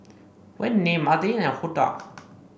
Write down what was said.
Whitney Madilynn and Huldah